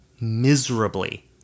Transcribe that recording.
miserably